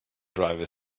driver